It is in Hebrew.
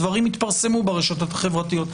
הדברים התפרסמו ברשתות החברתיות.